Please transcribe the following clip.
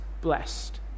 blessed